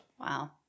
Wow